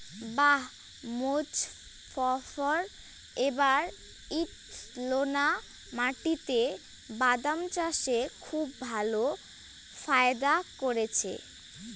বাঃ মোজফ্ফর এবার ঈষৎলোনা মাটিতে বাদাম চাষে খুব ভালো ফায়দা করেছে